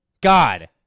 God